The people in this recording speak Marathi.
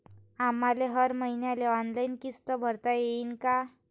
आम्हाले हर मईन्याले ऑनलाईन किस्त भरता येईन का?